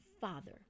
father